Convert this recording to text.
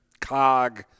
cog